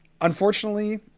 Unfortunately